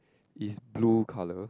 is blue colour